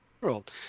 world